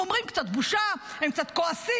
הם קצת אומרים "בושה" והם קצת כועסים.